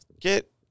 get